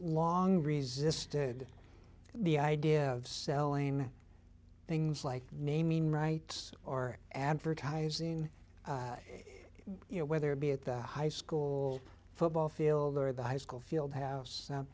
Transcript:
long resisted the idea of selling things like may mean rights or advertising you know whether it be at the high school football field or the high school field house